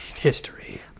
history